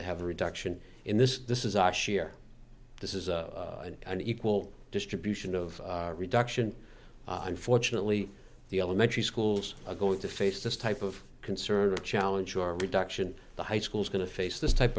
to have a reduction in this this is our share this is an unequal distribution of reduction unfortunately the elementary schools are going to face this type of concern a challenge or reduction the high school is going to face this type